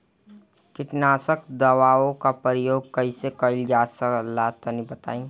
कीटनाशक दवाओं का प्रयोग कईसे कइल जा ला तनि बताई?